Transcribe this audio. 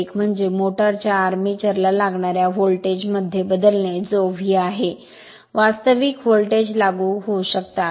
एक म्हणजे मोटर च्या आर्मेचर ला लागणार्या व्होल्टेज मध्ये बदलणे जो V आहे वास्तविक व्होल्टेज लागू होऊ शकतात